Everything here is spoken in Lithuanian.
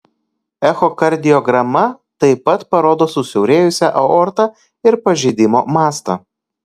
echokardiograma taip pat parodo susiaurėjusią aortą ir pažeidimo mastą